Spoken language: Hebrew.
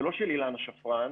ולא של אילנה שפרן,